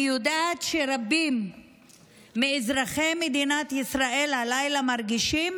אני יודעת שרבים מאזרחי מדינת ישראל מרגישים